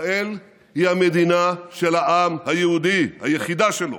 ישראל היא המדינה של העם היהודי, היחידה שלו.